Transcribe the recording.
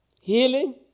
healing